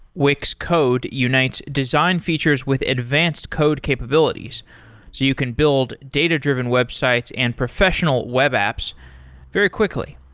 wix code unites design features with advanced code capabilities, so you can build data-driven websites and professional web apps very quickly.